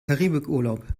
karibikurlaub